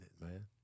man